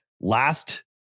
last